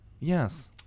Yes